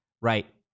right